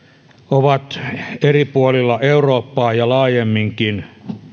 ovat eri puolilla eurooppaa ja laajemminkin